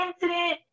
incident